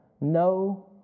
no